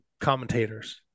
commentators